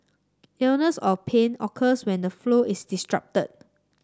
illness or pain occurs when the flow is disrupted